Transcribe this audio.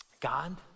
God